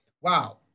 wow